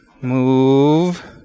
move